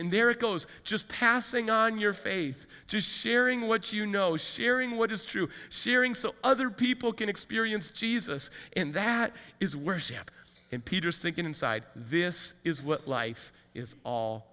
t there it goes just passing on your faith just sharing what you know sharing what is true searing so other people can experience jesus in that is worship in peter's thinking inside this is what life is all